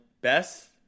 best